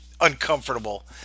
uncomfortable